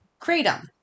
Kratom